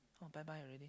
oh bye bye already